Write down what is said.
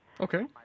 Okay